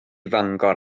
fangor